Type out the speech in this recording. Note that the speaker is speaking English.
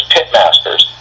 Pitmasters